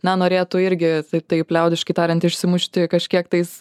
na norėtų irgi taip liaudiškai tariant išsimušti kažkiek tais